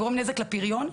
גורם נזק לפריון.